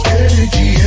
energy